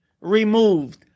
removed